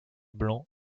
blanc